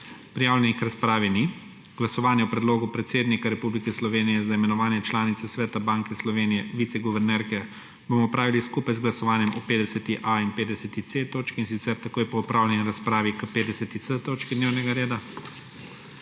Prijavljenih k razpravi ni. Glasovanje o predlogu predsednika Republike Slovenije za imenovanje članice sveta Banke Slovenije − viceguvernerke bomo opravili skupaj z glasovanjem o 50a. in 50c. točki, in sicer takoj po opravljeni razpravi k 50c. točki dnevnega reda.